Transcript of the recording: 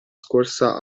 scorsa